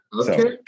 Okay